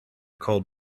cold